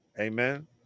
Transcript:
Amen